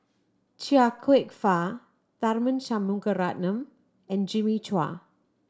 Chia Kwek Fah Tharman Shanmugaratnam and Jimmy Chua